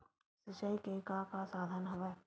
सिंचाई के का का साधन हवय?